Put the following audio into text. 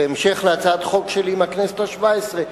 בהמשך להצעת חוק שלי מהכנסת השבע-עשרה,